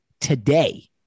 today